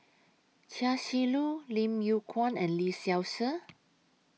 Chia Shi Lu Lim Yew Kuan and Lee Seow Ser